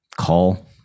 call